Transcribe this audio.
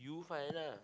you find lah